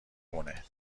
مونه